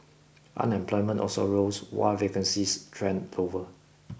unemployment also rose while vacancies trended lower